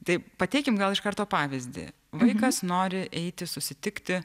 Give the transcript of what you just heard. tai pateikim gal iš karto pavyzdį vaikas nori eiti susitikti